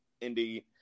Indeed